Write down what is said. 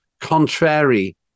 contrary